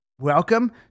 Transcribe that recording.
Welcome